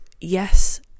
yes